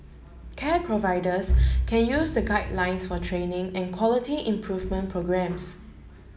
care providers can use the guidelines for training and quality improvement programmes